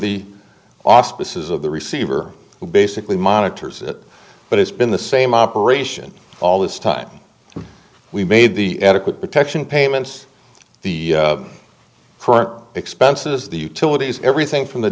the auspices of the receiver who basically monitors it but it's been the same operation all this time we've made the adequate protection payments the current expenses the utilities everything from the